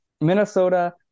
Minnesota